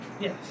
Yes